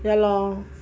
ya lor